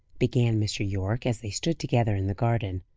began mr. yorke, as they stood together in the garden.